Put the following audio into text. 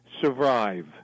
survive